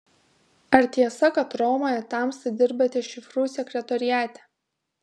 ar tiesa kad romoje tamsta dirbate šifrų sekretoriate